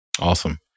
Awesome